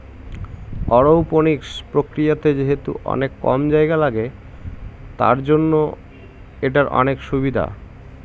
aeroponics প্রক্রিয়াতে যেহেতু অনেক কম জায়গা লাগে, তার জন্য এটার অনেক সুবিধা